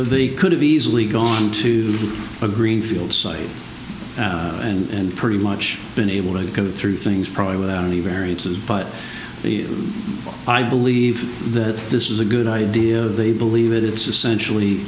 know they could have easily gone to a greenfield site and pretty much been able to go through things probably without any variances but i believe that this is a good idea they believe it is essentially